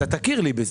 אתה תכיר לי בזה,